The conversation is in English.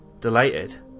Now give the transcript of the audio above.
delighted